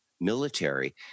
military